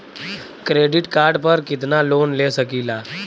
Credit card पर कितनालोन ले सकीला?